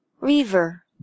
River